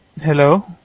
Hello